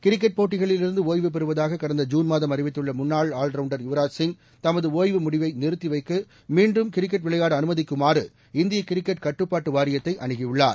cricket போட்டிகளிலிருந்து ஒய்வு பெறுவதாக கடந்த ஜூன் மாதம் அறிவித்த முன்னாள் ஆவர்வுண்டர் யுவராஜ் சிங் தமது ஓய்வு முடிவை நிறுத்தி வைத்து மீண்டும் கிரிக்கெட் விளையாட அனுமதிக்குமாறு இந்திய கிரிக்கெட் கட்டுப்பாட்டு வாரியத்தை அனுகியுள்ளார்